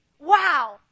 Wow